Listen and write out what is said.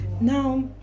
Now